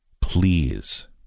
Please